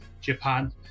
Japan